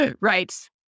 Right